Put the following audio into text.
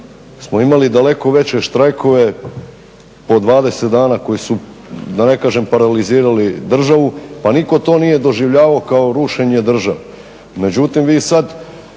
smo imali daleko veće štrajkove po 20 dana koji su da ne kažem paralizirali državu pa nitko to nije doživljavao kao rušenje države.